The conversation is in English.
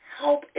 help